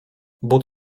but